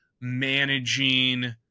managing